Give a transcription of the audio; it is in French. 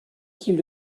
qu’ils